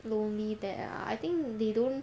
lonely there ah I think they don't